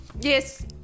Yes